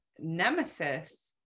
nemesis